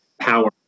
power